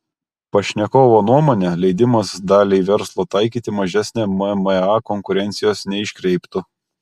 pašnekovo nuomone leidimas daliai verslo taikyti mažesnę mma konkurencijos neiškreiptų